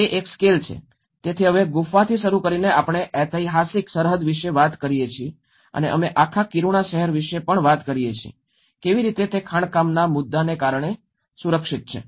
તે એક સ્કેલ છે તેથી હવે ગુફાથી શરૂ કરીને આપણે ઐતિહાસિક સરહદ વિશે વાત કરીએ છીએ અને અમે આખા કિરુણા શહેર વિશે પણ વાત કરીએ છીએ કેવી રીતે તે ખાણકામના મુદ્દાને કારણે સુરક્ષિત છે